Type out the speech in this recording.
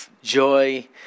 joy